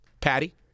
Patty